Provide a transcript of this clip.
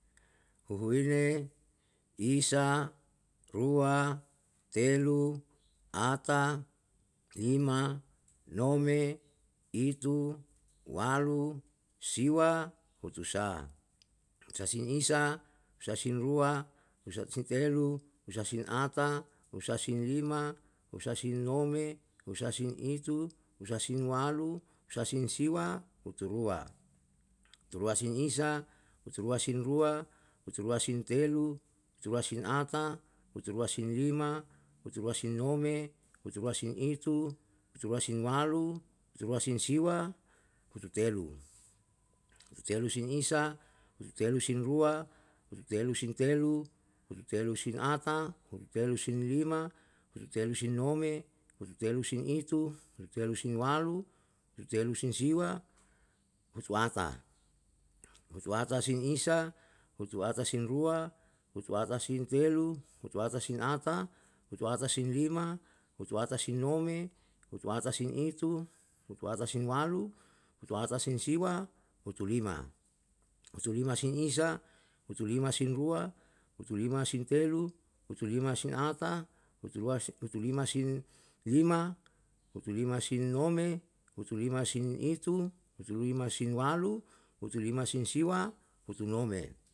olama yam amane yalahatan reire sa epatauwo palale reire, agama ehu ata. Agama ehu ata reire agama unae sa, agama suku. Agama suku ehu ta'e hanu agama sarane, sarane protestan, eu sarane protestan ehu, atane sarane katolik, sarane katolik ehu, islam. Ropalale risa pata'u yam ata palale, yam ata palale reire, ama am, ama kehidupan mo palale reire, mesa sasa na emulae hari sai tam, ehuwe mamli'e rumai, ehuwe mamli'e rumai, sai i ikuraniyei, tae humam liei. Ama haire reisa e eusa, eeu pason, sai olam susai, sai ili'e na sai ilie sai tam, sa tam li'e rumai. Ama olama mane reisa, am tuwe hiya, am ere hiya